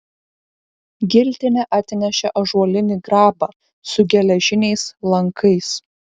giltinė atnešė ąžuolinį grabą su geležiniais lankais